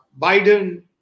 Biden